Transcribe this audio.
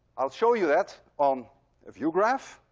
i'll show you that on a view graph.